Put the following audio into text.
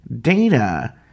data